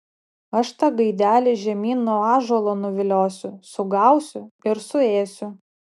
aš tą gaidelį žemyn nuo ąžuolo nuviliosiu sugausiu ir suėsiu